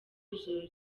ijoro